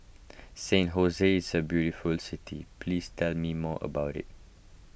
San is a beautiful city please tell me more about it